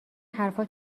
حرفها